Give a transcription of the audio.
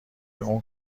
اون